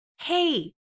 Hey